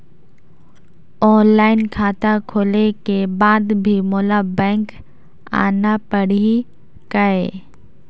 Online खाता खोले के बाद भी मोला बैंक आना पड़ही काय?